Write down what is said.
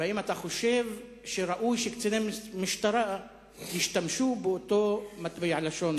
האם אתה חושב שראוי שקציני משטרה ישתמשו באותו מטבע לשון?